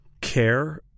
care